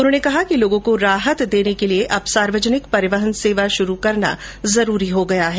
उन्होंने कहा कि लोगों को राहत देने के लिए अब सार्वजनिक परिवहन सेवा शुरू करना जरूरी हो गया है